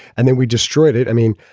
and then we destroyed it. i mean,